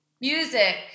music